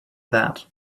that